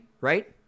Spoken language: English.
right